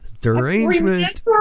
derangement